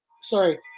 sorry